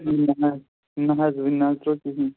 یے نا حظ نا حظ وُنہِ نا حظ ترٛوو کِہیٖنٛۍ